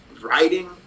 writing